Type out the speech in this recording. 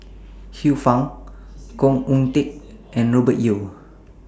Xiu Fang Khoo Oon Teik and Robert Yeo